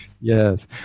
Yes